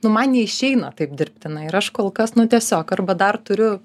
nu man neišeina taip dirbtinai ir aš kol kas nu tiesiog arba dar turiu